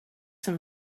some